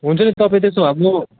हुन्छ नि तपाईँ त्यसो भए म